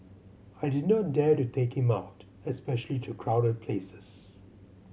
I did not dare to take him out especially to crowded places